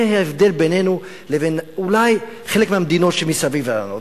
זה ההבדל בינינו לבין אולי חלק מהמדינות שמסביב לנו.